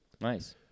Nice